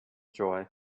joy